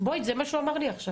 זה מה שהוא אמר לי עכשיו.